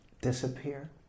disappear